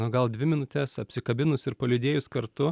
na gal dvi minutes apsikabinus ir paliūdėjus kartu